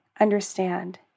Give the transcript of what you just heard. understand